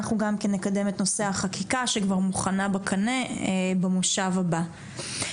אנחנו גם כן נקדם את נושא החקיקה שכבר מוכנה בקנה במושב הבא.